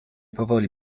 powoli